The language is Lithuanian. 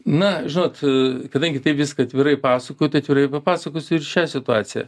na žinot a kadangi taip viską atvirai pasakoju tai atvirai ir papasakosiu ir šią situaciją